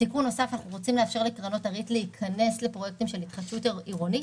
רוצים לאפשר לקרנות הריט להיכנס לפרויקטים של התחדשות עירונית.